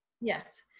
Yes